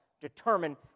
determine